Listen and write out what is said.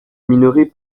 minorés